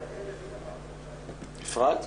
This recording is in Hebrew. אפרת?